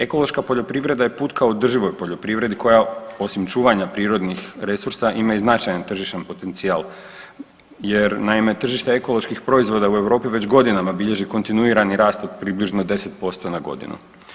Ekološka poljoprivreda je put ka održivoj poljoprivredi koja osim čuvanja prirodnih resursa ima i značajan tržišni potencijal jer naime tržište ekoloških proizvoda u Europi već godinama bilježi kontinuirani rast od približno 10% na godinu.